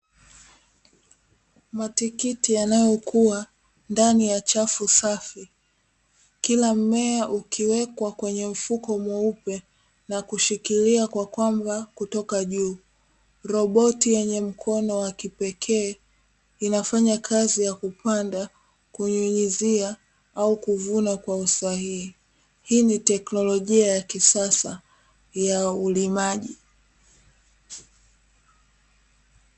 Matikiti yanayokua ndani ya chafu safi kila mmea ukiwekwa kwenye mfuko mweupe na kushikila kwa kamba kutoka juu. Roboti yenye mkono wa kipekee inafanya kazi ya kupanda, kunyunyuzia au kuvuna kwa usahihi hii ni teknolojia ya kisasa ya ulimaji.